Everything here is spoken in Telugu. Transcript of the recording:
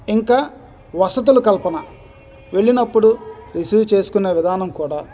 ఇంకా వసతులు కల్పన వెళ్ళినప్పుడు రిసీవ్ చేసుకునే విధానం కూడా